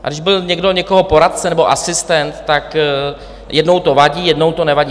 A když byl někdo někoho poradce nebo asistent, tak jednou to vadí, jednou to nevadí.